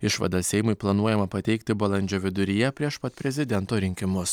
išvadą seimui planuojama pateikti balandžio viduryje prieš pat prezidento rinkimus